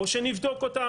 או שנבדוק אותן.